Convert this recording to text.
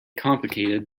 complicated